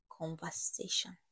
conversation